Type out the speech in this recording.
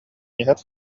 иһэр